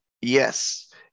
yes